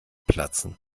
platzen